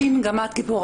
ש', גם את גיבורה.